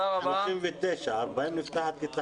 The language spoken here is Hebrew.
39. ב-40 נפתחת כיתה חדשה.